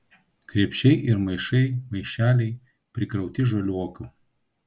krepšiai ir maišai maišeliai prikrauti žaliuokių